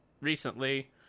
recently